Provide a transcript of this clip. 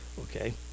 okay